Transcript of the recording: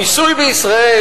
המיסוי במדינת ישראל,